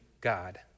God